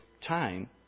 time